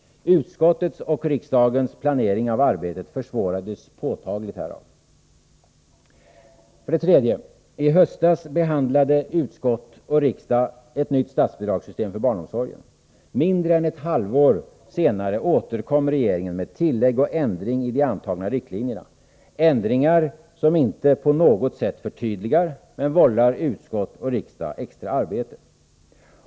Utskottets och riksdagens planering av arbetet försvårades påtagligt härav. Vidare: I höstas behandlade utskott och riksdag ett nytt statsbidragssystem för barnomsorgen. Mindre än ett halvår senare återkom regeringen med tillägg och ändring i de antagna riktlinjerna, ändringar som inte på något sätt förtydligar, men vållar utskott och riksdag extra arbete.